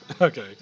Okay